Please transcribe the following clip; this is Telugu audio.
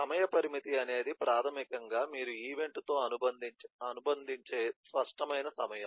సమయ పరిమితి అనేది ప్రాథమికంగా మీరు ఈవెంట్తో అనుబంధించే స్పష్టమైన సమయం